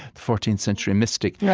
the fourteenth century mystic, yeah